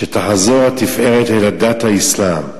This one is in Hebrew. שתחזור התפארת אל דת האסלאם,